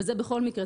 וזה בכל מקרה,